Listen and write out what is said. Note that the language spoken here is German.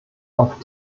auf